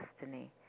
destiny